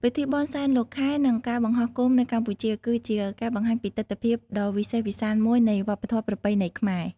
ពិធីបុណ្យសែនលោកខែ និងការបង្ហោះគោមនៅកម្ពុជា គឺជាការបង្ហាញពីទិដ្ឋភាពដ៏វិសេសវិសាលមួយនៃវប្បធម៌ប្រពៃណីខ្មែរ។